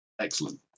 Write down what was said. Excellent